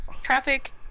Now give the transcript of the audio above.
traffic